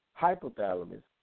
hypothalamus